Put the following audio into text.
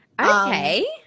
Okay